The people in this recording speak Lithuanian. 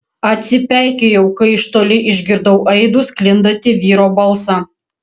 atsipeikėjau kai iš toli išgirdau aidu sklindantį vyro balsą